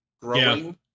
growing